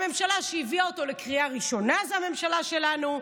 הממשלה שהביאה אותו לקריאה ראשונה זו הממשלה שלנו.